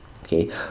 okay